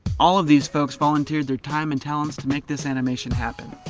all of these folks volunteered their time and talents to make this animation happen.